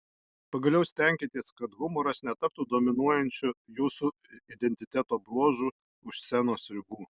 pagaliau stenkitės kad humoras netaptų dominuojančių jūsų identiteto bruožu už scenos ribų